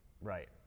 Right